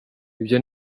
ibyo